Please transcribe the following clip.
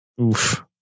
Oof